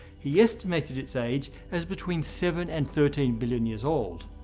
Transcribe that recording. he estimated its age as between seven and thirteen billion years old.